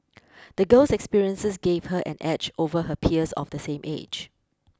the girl's experiences gave her an edge over her peers of the same age